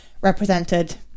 represented